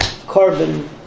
carbon